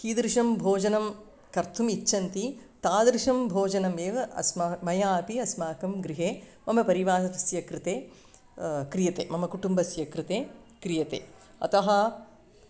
कीदृशं भोजनं कर्तुमिच्छन्ति तादृशं भोजनम् एव अस्मान् मया अपि अस्माकं गृहे मम परिवारस्य कृते क्रियते मम कुटुम्बस्य कृते क्रियते अतः